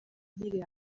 nkiri